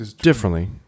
differently